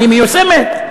היא מיושמת?